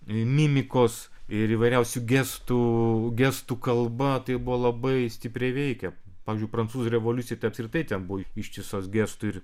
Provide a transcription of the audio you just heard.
mimikos ir įvairiausių gestų gestų kalba tai buvo labai stipriai veikia pavyzdžiui prancūzų revoliucija apskritai ten buvo ištisos gestų ir